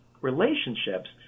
relationships